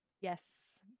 yes